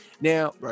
Now